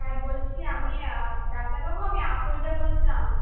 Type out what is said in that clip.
হ্যাঁ বলছি আমি ডাক্তারবাবু আমি আফরোজা বলছিলাম